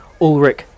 Ulrich